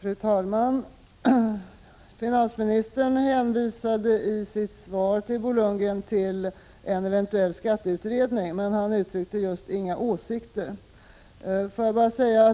Fru talman! I sitt svar till Bo Lundgren hänvisade finansministern till en eventuell skatteutredning, men han uttryckte just inga åsikter.